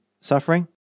suffering